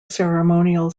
ceremonial